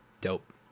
Dope